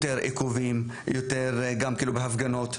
יורת עיכובים, יותר גם בהפגנות.